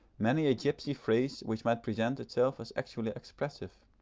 many a gipsy phrase which might present itself as actually expressive.